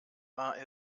war